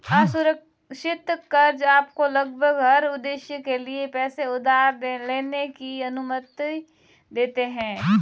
असुरक्षित कर्ज़ आपको लगभग हर उद्देश्य के लिए पैसे उधार लेने की अनुमति देते हैं